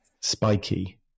spiky